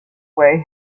way